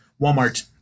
Walmart